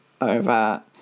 over